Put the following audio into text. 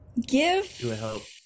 Give